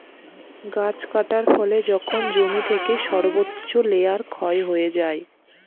গাছ কাটার ফলে যখন জমি থেকে সর্বোচ্চ লেয়ার ক্ষয় হয়ে যায়